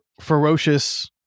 ferocious